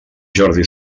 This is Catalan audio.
jordi